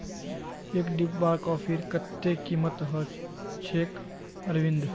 एक डिब्बा कॉफीर कत्ते कीमत छेक अरविंद